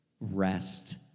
rest